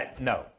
no